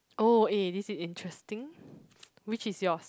oh eh this is interesting which is yours